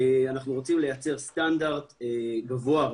אנחנו רוצים לייצר סטנדרט גבוה,